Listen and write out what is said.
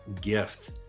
gift